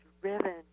driven